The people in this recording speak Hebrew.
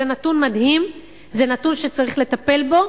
זה נתון מדהים, זה נתון שצריך לטפל בו.